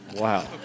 Wow